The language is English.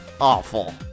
awful